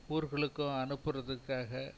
ஊர்களுக்கும் அனுப்புறதுக்காக